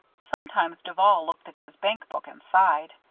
sometimes duval looked at his bankbook and sighed.